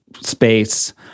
space